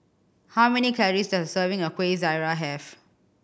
how many calories does a serving of Kuih Syara have